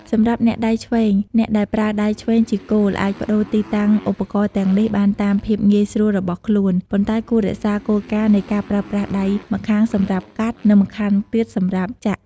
សម្រាប់អ្នកដៃឆ្វេង អ្នកដែលប្រើដៃឆ្វេងជាគោល អាចប្តូរទីតាំងឧបករណ៍ទាំងនេះបានតាមភាពងាយស្រួលរបស់ខ្លួន ប៉ុន្តែគួររក្សាគោលការណ៍នៃការប្រើប្រាស់ដៃម្ខាងសម្រាប់កាត់ និងម្ខាងទៀតសម្រាប់ចាក់។